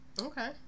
okay